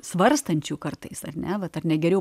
svarstančiu kartais ar ne vat ar ne geriau